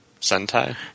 Sentai